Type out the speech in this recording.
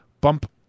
Bump